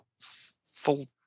full